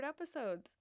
episodes